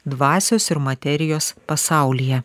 dvasios ir materijos pasaulyje